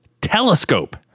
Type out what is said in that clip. telescope